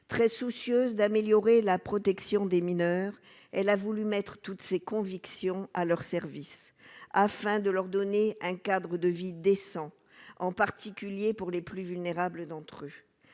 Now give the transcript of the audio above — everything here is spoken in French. très soucieuses d'améliorer la protection des mineurs, elle a voulu mettre toutes ses convictions à leur service afin de leur donner un cadre de vie décent, en particulier pour les plus vulnérables d'entre eux,